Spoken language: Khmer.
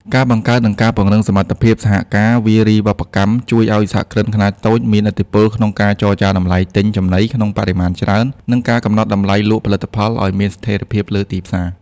ការបង្កើត និងការពង្រឹងសមត្ថភាពសហករណ៍វារីវប្បកម្ម ជួយឱ្យសហគ្រិនខ្នាតតូចមានឥទ្ធិពលក្នុងការចរចាតម្លៃទិញចំណីក្នុងបរិមាណច្រើន និងការកំណត់តម្លៃលក់ផលិតផលឱ្យមានស្ថិរភាពលើទីផ្សារ។